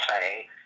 say